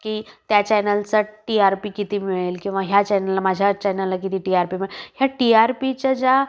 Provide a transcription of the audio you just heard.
की त्या चॅनलचं टी आर पी किती मिळेल किंवा ह्या चॅनलला माझ्या चॅनलला किती टी आर पी मिळे ह्या टी आर पीच्या ज्या